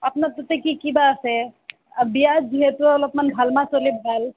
আপোনাৰ তাতে কি কি বা আছে বিয়াত যিহেতু অলপমান ভাল মাছ হ'লে ভাল